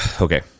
okay